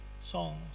songs